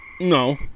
No